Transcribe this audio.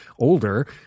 older